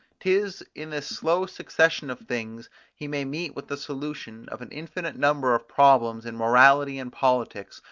tis in this slow succession of things he may meet with the solution of an infinite number of problems in morality and politics,